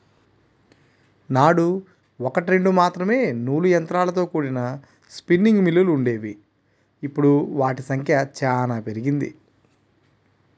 నాడు ఒకట్రెండు మాత్రమే నూలు యంత్రాలతో కూడిన స్పిన్నింగ్ మిల్లులు వుండేవి, ఇప్పుడు వాటి సంఖ్య చానా పెరిగింది